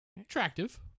Attractive